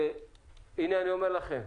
הנה אני אומר לכם,